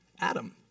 Adam